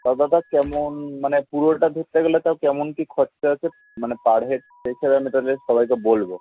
তা দাদা কেমন মানে পুরোটা ধরতে গেলে তাও কেমন কী খরচা আছে মানে পার হেড সেই হিসাবে আমি তাহলে সবাইকে বলব